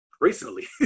recently